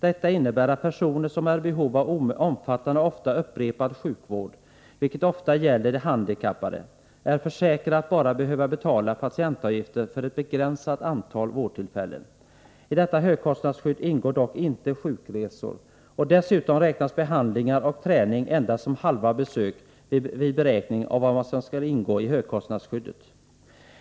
Detta innebär att personer som är i behov av omfattande och ofta upprepad sjukvård, vilket ofta gäller de handikappade, är försäkrade att bara behöva betala patientavgifter för ett begränsat antal vårdtillfällen. I detta högkostnadsskydd ingår dock inte sjukresor. Dessutom räknas behandlingar och träning endast som halva besök vid beräkning av vad som skall ingå i högkostnadsskyddet.